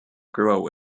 grow